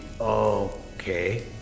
Okay